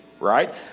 Right